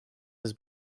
has